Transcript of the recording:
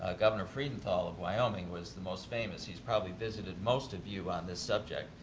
ah governor freudenthal of wyoming was the most famous. he's probably visited most of you on this subject.